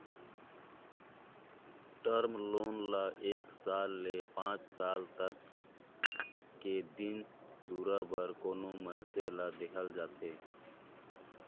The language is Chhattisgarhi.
टर्म लोन ल एक साल ले पांच साल तक के दिन दुरा बर कोनो मइनसे ल देहल जाथे